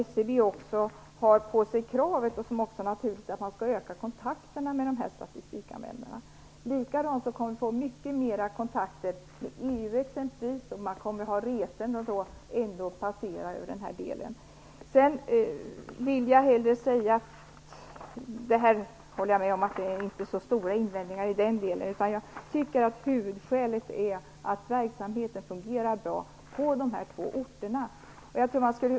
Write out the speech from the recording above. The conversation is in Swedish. SCB har på sig kravet att öka kontakterna med dessa statistikanvändare, något som också är naturligt att man gör. Vi kommer också att få mycket mer kontakter inom exempelvis EU. Jag håller med om att det inte finns så stora invändningar i den delen. Huvudskälet är att verksamheten fungerar bra på de här två orterna.